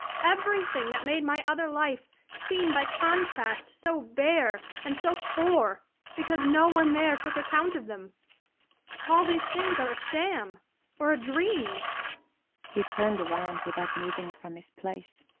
everything that made my other life seem by contrast so bare and so poor because no one there took account of them all these things are a sham or a dream he turned around without moving from his place.